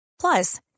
Plus